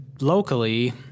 locally